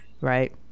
right